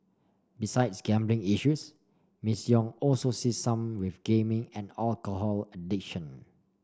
besides gambling issues Miss Yong also sees some with gaming and alcohol addiction